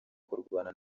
kurwana